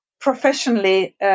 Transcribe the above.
professionally